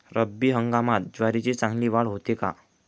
रब्बी हंगामात ज्वारीची चांगली वाढ होते का?